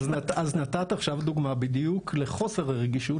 אז נתת עכשיו דוגמה בדיוק לחוסר הרגישות